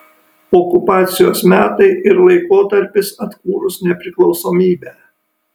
okupacijos metai ir laikotarpis atkūrus nepriklausomybę